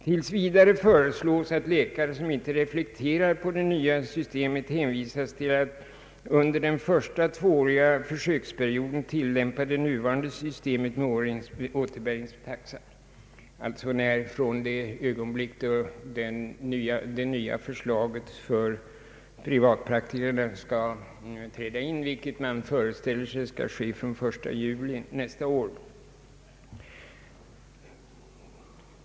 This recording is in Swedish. Tills vidare föreslås att läkare, som inte reflekterar på det nya systemet, under den första tvååriga försöksperioden skall tillämpa det nuvarande systemet med återbäringstaxa. Detta gäller alltså från den tidpunkt då det nya förslaget angående privatpraktiserande läkare skall träda i kraft, vilket man föreställer sig skall ske från den 1 juli nästa år.